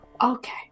okay